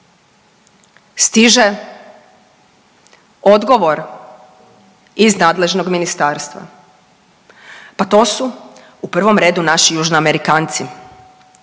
Stiže odgovor iz nadležnog ministarstva, pa to su u prvo redu naši Južnoamerikanci,